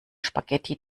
spaghetti